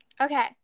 Okay